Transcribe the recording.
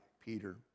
Peter